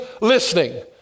listening